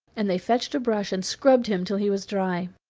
and they fetched a brush and scrubbed him till he was dry.